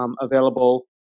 available